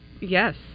Yes